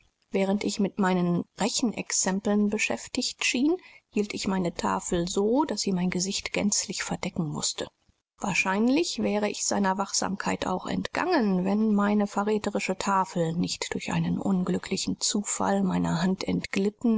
während ich mit meinen rechenexempeln beschäftigt schien hielt ich meine tafel so daß sie mein gesicht gänzlich verdecken mußte wahrscheinlich wäre ich seiner wachsamkeit auch entgangen wenn meine verräterische tafel nicht durch einen unglücklichen zufall meiner hand entglitten